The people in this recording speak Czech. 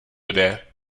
jde